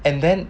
and then